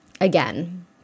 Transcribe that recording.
again